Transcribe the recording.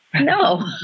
No